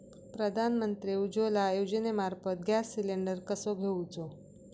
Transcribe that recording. प्रधानमंत्री उज्वला योजनेमार्फत gas cylinder कसो घेऊचो?